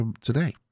today